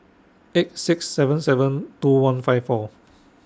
eight six seven seven two one five four